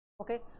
Okay